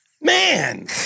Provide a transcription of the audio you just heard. Man